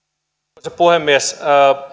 arvoisa puhemies